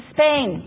Spain